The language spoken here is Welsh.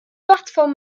blatfform